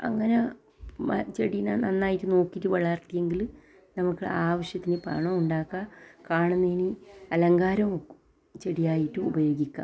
അങ്ങനെ ചെടീനേ നന്നായിറ്റ് നോക്കീറ്റ് വളർത്തിയെങ്കിൽ നമുക്ക് ആവശ്യത്തിന് പണോണ്ടാക്കാം കാണുന്നേന് അലങ്കാരോം ചെടിയായിട്ടും ഉപയോഗിക്കാം